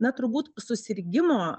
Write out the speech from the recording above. na turbūt susirgimo